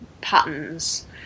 patterns